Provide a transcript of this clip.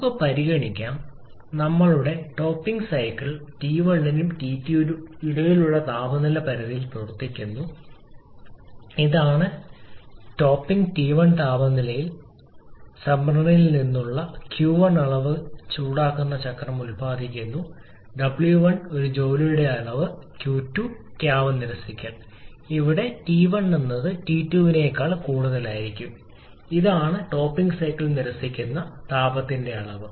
നമുക്ക് പരിഗണിക്കാം ഞങ്ങളുടെ ടോപ്പിംഗ് സൈക്കിൾ T1 നും T2 നും ഇടയിലുള്ള താപനില പരിധിയിൽ പ്രവർത്തിക്കുന്നു ഇതാണ് ടോപ്പിംഗ് T1 താപനിലയിൽ ജലസംഭരണിയിൽ നിന്ന് Q1 അളവ് ചൂടാക്കുന്ന ചക്രം ഉത്പാദിപ്പിക്കുന്നു W1 ഒരു ജോലിയുടെ അളവ് Q2 താപം നിരസിക്കൽ ഇവിടെ ടി 1 ടി 2 അതാണ് ടോപ്പിംഗ് സൈക്കിൾ നിരസിക്കുന്ന താപത്തിന്റെ അളവ്